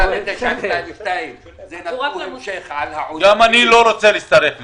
מה שנעשה ב-922 זה נתון המשך על -- אני גם לא רוצה להצטרף לשם.